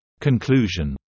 Conclusion